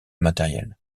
matériel